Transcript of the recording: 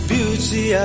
Beauty